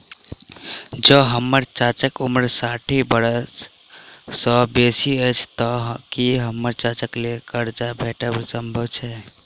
जँ हम्मर चाचाक उम्र साठि बरख सँ बेसी अछि तऽ की हम्मर चाचाक लेल करजा भेटब संभव छै?